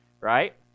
right